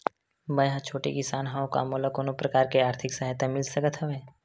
मै ह छोटे किसान हंव का मोला कोनो प्रकार के आर्थिक सहायता मिल सकत हवय?